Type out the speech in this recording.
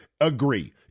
agree